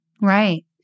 Right